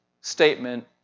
statement